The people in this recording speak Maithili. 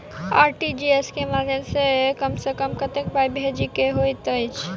आर.टी.जी.एस केँ माध्यम सँ कम सऽ कम केतना पाय भेजे केँ होइ हय?